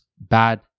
bad